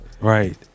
Right